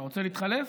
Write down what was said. היושב-ראש,